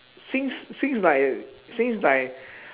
seems seems like seems like